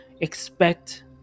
expect